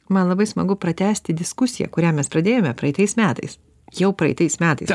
man labai smagu pratęsti diskusiją kurią mes pradėjome praeitais metais jau praeitais metais